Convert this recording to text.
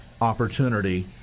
opportunity